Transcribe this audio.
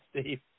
Steve